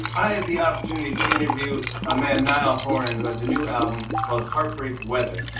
i had the opportunity to interview my man niall horan, who has a new album called heartbreak weather,